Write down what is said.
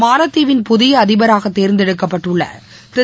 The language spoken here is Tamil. மாலத்தீவின் புதியஅதிபராகதேர்ந்தெடுக்கப்பட்டுள்ளதிரு